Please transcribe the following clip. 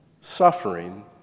suffering